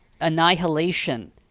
annihilation